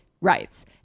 rights